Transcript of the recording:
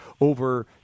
over